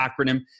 acronym